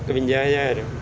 ਇੱਕਵੰਜਾ ਹਜ਼ਾਰ